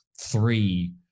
three